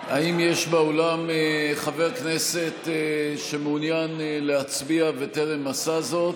האם יש באולם חבר כנסת שמעוניין להצביע וטרם עשה זאת?